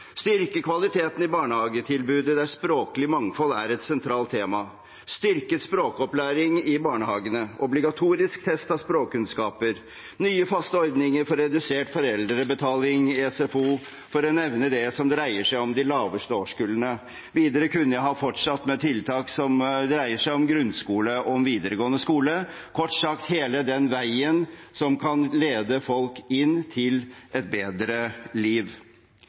styrke kvaliteten i barnehagetilbudet der språklig mangfold er et sentralt tema, styrket språkopplæring i barnehagene, obligatorisk test av språkkunnskaper, nye faste ordninger for redusert foreldrebetaling i SFO – for å nevne det som dreier seg om de laveste årskullene. Videre kunne jeg ha fortsatt med tiltak som dreier seg om grunnskole og om videregående skole, kort sagt hele den veien som kan lede folk til et bedre liv.